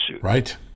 right